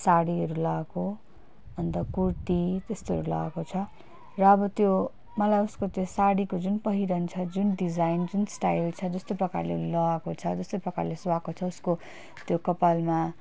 सारीहरू लगाएको अन्त कुर्ती त्यस्तोहरू लगाएको छ र अब त्यो मलाई उसको त्यो सारीको जुन पहिरण छ जुन डिजाइन जुन स्टाइल छ जस्तो प्रकारले लगाएको छ जस्तो प्रकारले सुहाएको छ उसको त्यो कपालमा